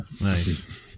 Nice